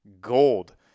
gold